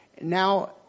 Now